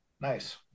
Nice